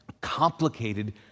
Complicated